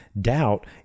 Doubt